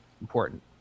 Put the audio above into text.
important